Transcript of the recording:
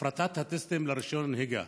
הפרטת הטסטים לרישיון נהיגה.